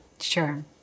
Sure